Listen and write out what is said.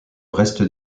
reste